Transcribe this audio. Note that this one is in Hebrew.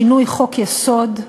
שינוי חוק-יסוד,